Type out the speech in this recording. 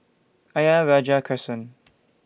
Ayer Rajah Crescent